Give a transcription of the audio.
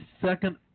second